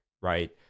right